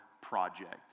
project